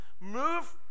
move